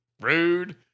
Rude